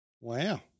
Wow